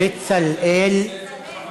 בצלאל, לא נתנאל.